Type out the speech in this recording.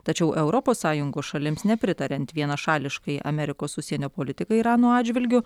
tačiau europos sąjungos šalims nepritariant vienašališkai amerikos užsienio politikai irano atžvilgiu